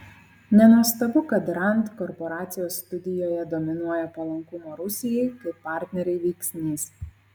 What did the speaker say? nenuostabu kad rand korporacijos studijoje dominuoja palankumo rusijai kaip partnerei veiksnys